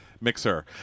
Mixer